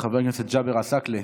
חבר הכנסת ג'אבר עסאקלה.